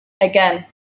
again